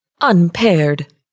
Unpaired